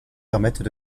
permettent